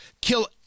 kill